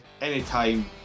anytime